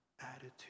attitude